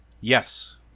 Yes